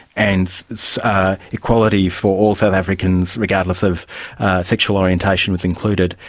and equality for all south africans regardless of sexual orientation was included,